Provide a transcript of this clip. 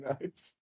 nice